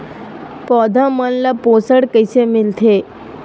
पौधा मन ला पोषण कइसे मिलथे?